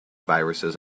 viruses